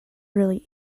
really